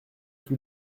tous